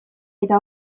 eta